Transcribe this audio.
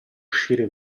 uscire